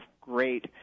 great